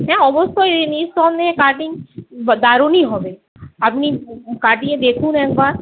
হ্যাঁ অবশ্যই নিঃসন্দেহে কাটিং দারুণই হবে আপনি কাটিয়ে দেখুন একবার